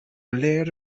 léir